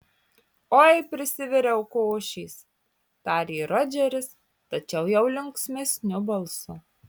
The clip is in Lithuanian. oi prisiviriau košės tarė rodžeris tačiau jau linksmesniu balsu